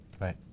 Right